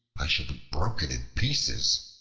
i shall be broken in pieces,